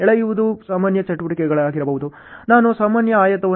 ಎಳೆಯುವುದು ಸಾಮಾನ್ಯ ಚಟುವಟಿಕೆಗಳಾಗಿರಬಹುದು ನಾನು ಸಾಮಾನ್ಯ ಆಯತವನ್ನು ಬಳಸಲಿದ್ದೇನೆ